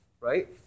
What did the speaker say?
right